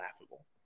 laughable